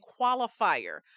qualifier